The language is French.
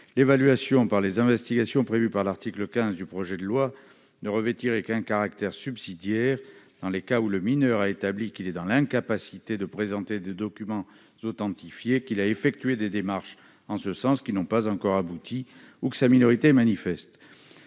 L'évaluation par les investigations prévues par l'article 15 du projet de loi ne revêtirait qu'un caractère subsidiaire, dans les cas où le mineur a établi qu'il est dans l'incapacité de présenter des documents authentifiés, qu'il a effectué des démarches en ce sens qui n'ont pas encore abouti, ou que sa minorité est manifeste.